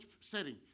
setting